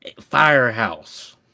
firehouse